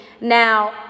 Now